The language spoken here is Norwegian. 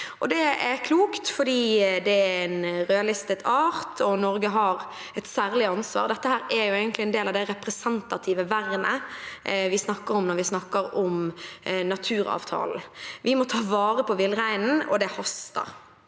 Det er klokt fordi det er en rødlistet art, og Norge har et særlig ansvar. Dette er en del av det representative vernet vi snakker om når vi snakker om naturavtalen. Vi må ta vare på villreinen, og det haster.